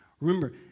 Remember